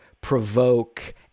provoke